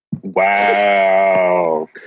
Wow